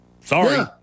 Sorry